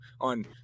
on